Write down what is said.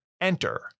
Enter